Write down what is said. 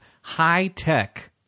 high-tech